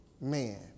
man